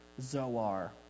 Zoar